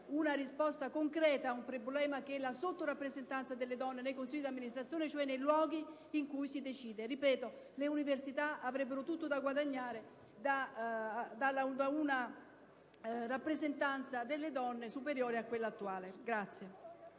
una risposta concreta al problema della sottorappresentanza delle donne nei consigli d'amministrazione, cioè nei luoghi in cui si decide. Ripeto: le università avrebbero tutto da guadagnare da una rappresentanza delle donne superiore a quella attuale.